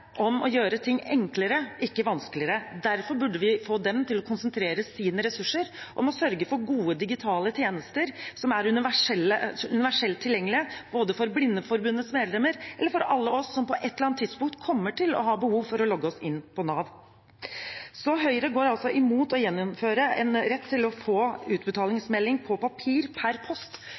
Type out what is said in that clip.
om å gjøre ting enklere, ikke vanskeligere. Derfor burde vi få dem til å konsentrere sine ressurser om å sørge for gode digitale tjenester som er universelt tilgjengelige, både for Blindeforbundets medlemmer og for alle oss som på et eller annet tidspunkt kommer til å ha behov for å logge oss inn på Nav. Høyre går altså imot å gjeninnføre en rett til å få utbetalingsmelding på papir per post.